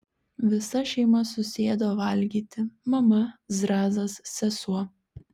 visa šeima susėdo valgyti mama zrazas sesuo